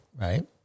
right